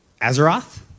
Azeroth